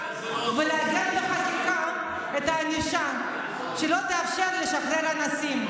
ולעגן בחקיקה את הענישה שלא תאפשר לשחרר אנסים.